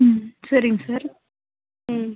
ம் சரிங்க சார் ம்